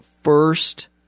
first